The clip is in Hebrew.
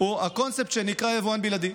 הוא הקונספט שנקרא "יבואן בלעדי".